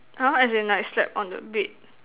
!huh! as in like slept on the bed